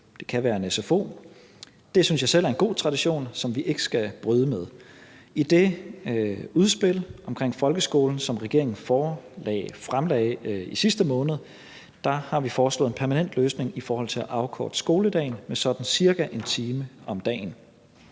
Det kan være en sfo. Det synes jeg selv er en god tradition, som vi ikke skal bryde med. I det udspil omkring folkeskolen, som regeringen fremlagde i sidste måned, har vi foreslået en permanent løsning i forhold til at afkorte skoledagen med sådan cirka en time om dagen.